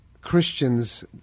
Christians